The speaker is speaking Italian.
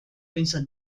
pensa